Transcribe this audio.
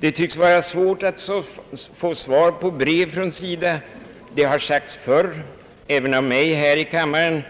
Det tycks vara svårt att få svar på brev till SIDA. Detia har sagts förr, även av mig i denna kammare.